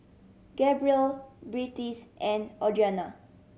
Gabriel Beatrice and Audrianna